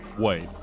Wait